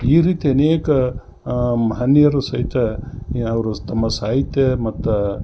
ಈ ರೀತಿ ಅನೇಕ ಮಹನೀಯರು ಸಹಿತ ಯಾ ಅವರು ತಮ್ಮ ಸಾಹಿತ್ಯ ಮತ್ತು